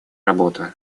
работу